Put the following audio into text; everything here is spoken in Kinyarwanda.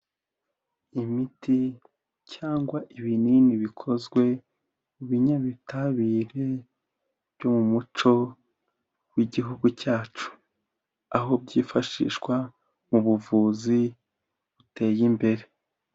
Imiti cyangwa ibinini bikozwe mu binyabitabire byo mu muco w'Igihugu cyacu, aho byifashishwa mu buvuzi buteye imbere.